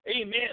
amen